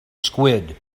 squid